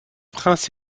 prince